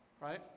Right